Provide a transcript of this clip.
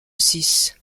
six